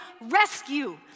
rescue